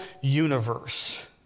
universe